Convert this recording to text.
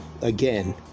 again